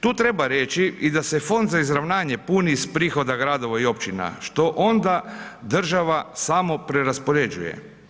Tu treba reći i da se Fond za izravnanje puni iz prihoda gradova i općina, što onda država samo preraspoređuje.